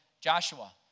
Joshua